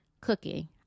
cooking